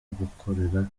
gukorera